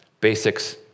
basics